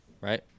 right